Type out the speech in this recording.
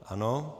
Ano.